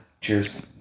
Cheers